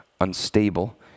unstable